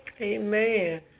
Amen